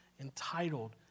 entitled